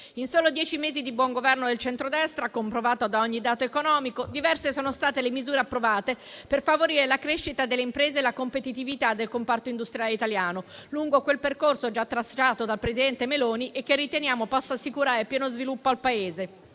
In soli dieci mesi di buon governo del centrodestra, come provato da ogni dato economico, diverse sono state le misure approvate per favorire la crescita delle imprese e la competitività del comparto industriale italiano, lungo quel percorso già tracciato dal presidente Meloni e che riteniamo possa assicurare pieno sviluppo al Paese,